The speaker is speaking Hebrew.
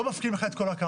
לא מפקיעים לך את כל הקרקע,